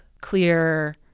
clear